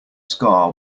scar